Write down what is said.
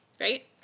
right